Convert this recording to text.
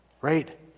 right